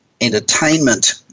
entertainment